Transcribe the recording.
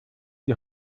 die